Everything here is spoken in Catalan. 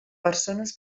persones